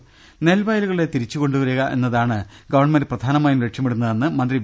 രുട്ടിട്ട്ടിട നെൽവയലുകളെ തിരിച്ചു കൊണ്ടുവരിക എന്നതാണ് ഗവൺമെന്റ് പ്ര ധാനമായും ലക്ഷ്യമിടുന്നതെന്ന് മന്ത്രി വി